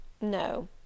No